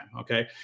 okay